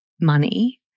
money